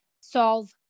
solve